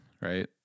right